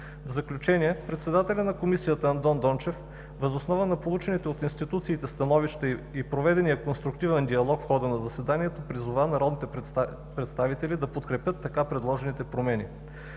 В заключение председателят на комисията Андон Дончев въз основа на получените от институциите становища и проведения конструктивен диалог в хода на заседанието призова народните представители да подкрепят предложените промени.